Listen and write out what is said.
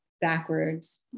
backwards